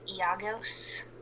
Iagos